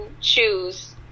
choose –